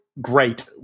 great